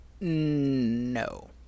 No